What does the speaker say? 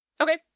Okay